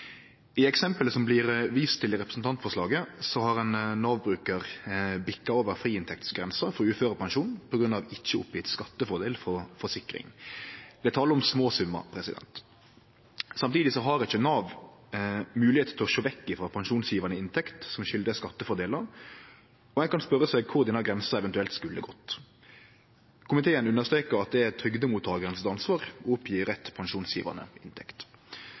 I eksemplet som det blir vist til i representantforslaget, har ein Nav-brukar bikka over friinntektsgrensa for uførepensjon på grunn av ikkje oppgjeven skattefordel frå forsikring. Det er tale om småsummar. Samtidig har ikkje Nav moglegheit til å sjå vekk frå pensjonsgjevande inntekt som skriv seg frå skattefordelar, og ein kan spørje seg kor denne grensa eventuelt skulle ha gått. Komiteen understrekar at det er trygdemottakaren sitt ansvar å føre opp rett pensjonsgjevande inntekt.